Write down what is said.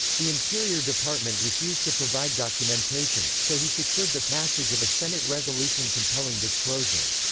the interior department refused to provide documentation, so he secured the passage of a senate resolution compelling disclosure.